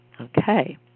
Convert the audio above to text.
Okay